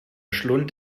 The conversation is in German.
schlund